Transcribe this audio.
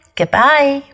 goodbye